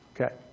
Okay